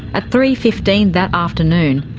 at three. fifteen that afternoon,